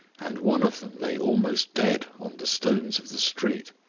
and one of them lay almost dead on the stones of the street.